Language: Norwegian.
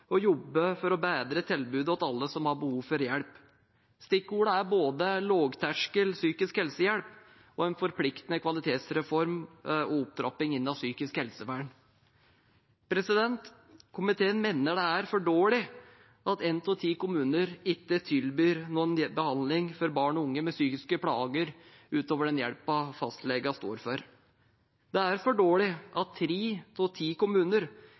å lytte til funnene og jobbe for å bedre tilbudet til alle som har behov for hjelp. Stikkordene er både lavterskel psykisk helsehjelp og en forpliktende kvalitetsreform og opptrapping innen psykisk helsevern. Komiteen mener det er for dårlig at en av ti kommuner ikke tilbyr noen behandling for barn og unge med psykiske plager utover den hjelpen fastlegene står for. Det er for dårlig at tre av ti kommuner